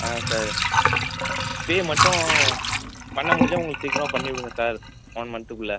ஆ sir pay மட்டும் பண்ண முடிஞ்சால் உங்களுக்கு சீக்கிரமாக பண்ணிவிடுங்க சார் செவன் மந்த்துக்குள்ள